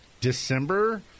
December